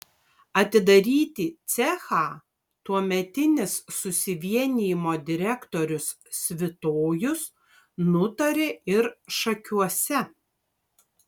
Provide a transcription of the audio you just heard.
atidaryti cechą tuometinis susivienijimo direktorius svitojus nutarė ir šakiuose